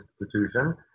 institution